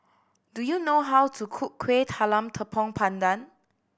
do you know how to cook Kuih Talam Tepong Pandan